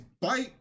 bite